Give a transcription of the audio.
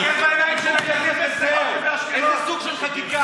איזה סוג של חקיקה?